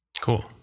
Cool